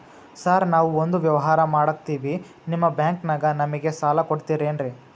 Sir ನಾವು ಒಂದು ವ್ಯವಹಾರ ಮಾಡಕ್ತಿವಿ ನಿಮ್ಮ ಬ್ಯಾಂಕನಾಗ ನಮಿಗೆ ಸಾಲ ಕೊಡ್ತಿರೇನ್ರಿ?